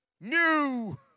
new